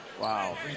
wow